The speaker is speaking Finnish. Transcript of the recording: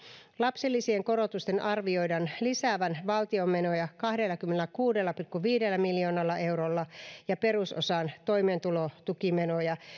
lapsilisien korotusten arvioidaan lisäävän valtion menoja kahdellakymmenelläkuudella pilkku viidellä miljoonalla eurolla ja perusosan toimeentulotukimenoja